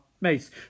mace